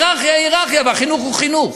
ההייררכיה היא הייררכיה והחינוך הוא חינוך.